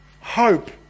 hope